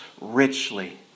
richly